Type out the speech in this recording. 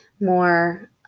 More